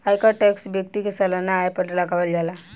आयकर टैक्स व्यक्ति के सालाना आय पर लागावल जाला